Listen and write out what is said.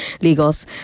Lagos